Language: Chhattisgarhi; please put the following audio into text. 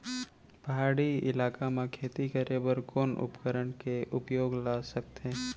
पहाड़ी इलाका म खेती करें बर कोन उपकरण के उपयोग ल सकथे?